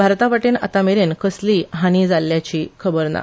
भारता वटेन आता मेरेन कसलीय हानी जाल्ल्याची खबर ना